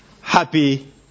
Happy